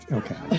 okay